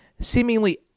seemingly